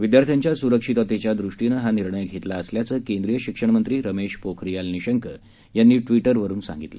विद्यार्थ्यांच्या सुरक्षिततेच्या दृष्टीनं हा निर्णय घेतला असल्याचं केंद्रीय शिक्षण मंत्री रमेश पोखरियाल निःशंक यांनी ट्विटरवरुन सांगितलं